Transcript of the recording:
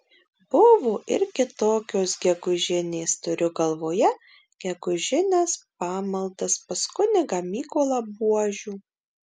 buvo ir kitokios gegužinės turiu galvoje gegužines pamaldas pas kunigą mykolą buožių